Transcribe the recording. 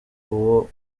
uwo